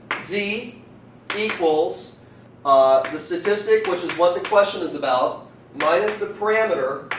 z equals the statistic which is what the question is about minus the parameter